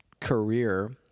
career